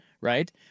right